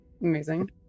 amazing